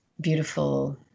beautiful